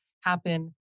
happen